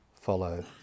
follow